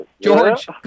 George